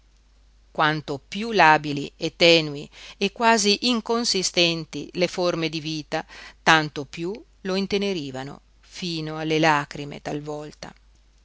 quanto piú labili e tenui e quasi inconsistenti le forme di vita tanto piú lo intenerivano fino alle lagrime talvolta